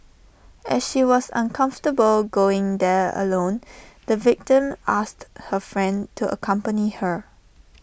as she was uncomfortable going there alone the victim asked her friend to accompany her